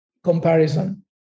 Comparison